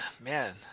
Man